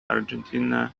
argentina